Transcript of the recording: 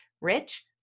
Rich